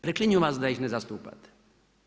Preklinju vas da ih ne zastupate.